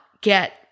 get